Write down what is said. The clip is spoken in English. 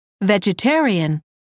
vegetarian